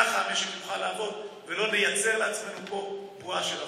ככה המשק יוכל לעבוד ולא נייצר לעצמנו פה בועה של אבטלה.